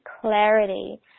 clarity